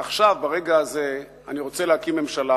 עכשיו, ברגע הזה, אני רוצה להקים ממשלה.